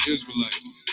Israelites